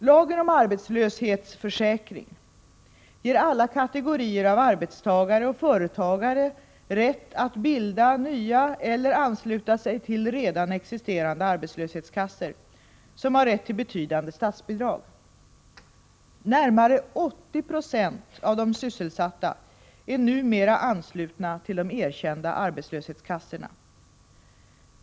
Lagen om arbetslöshetsförsäkring ger alla kategorier av arbetstagare och företagare rätt att bilda nya eller att ansluta sig till redan existerande arbetslöshetskassor som har rätt till betydande statsbidrag. Närmare 80 96 av de sysselsatta är numera anslutna till de erkända arbetslöshetskassorna.